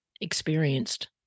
experienced